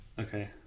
okay